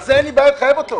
על זה אין לי בעיה לחייב אותו.